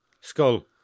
Skull